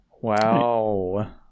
Wow